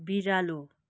बिरालो